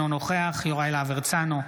אינו נוכח יוראי להב הרצנו,